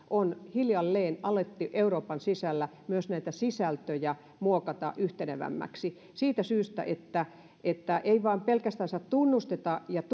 on hiljalleen alettu euroopan sisällä myös näitä sisältöjä muokata yhtenevämmäksi siitä syystä että että ei vain pelkästänsä tunnusteta ja